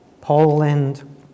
Poland